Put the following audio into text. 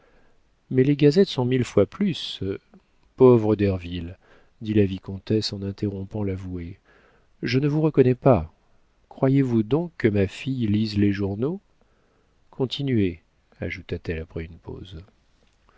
mais les gazettes sont mille fois plus pauvre derville dit la vicomtesse en interrompant l'avoué je ne vous reconnais pas croyez-vous donc que ma fille lise les journaux continuez ajouta-t-elle après une pause